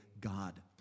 God